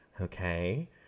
okay